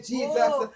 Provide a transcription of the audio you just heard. Jesus